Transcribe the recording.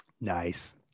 Nice